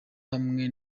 hamwe